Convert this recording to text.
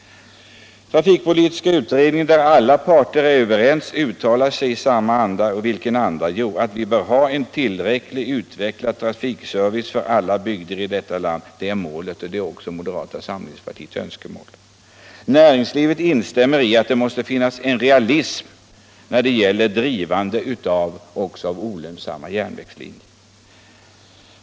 Trafikpolitiska utredningen, där alla parter är överens, uttalar sig i samma anda. Den säger att vi bör ha en tillräckligt utvecklad trafikservice för alla bygder här i landet. Det är målet, och det är också moderata samlingspartiets önskemål. Näringslivet instämmer i att det måste finnas en realism när det gäller drivandet också av olönsamma järnvägslinjer.